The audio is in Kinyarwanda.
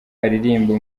aririmba